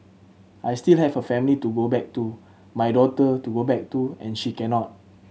I still have a family to go back to my daughter to go back to and she cannot